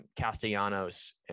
Castellanos